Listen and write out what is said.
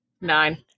Nine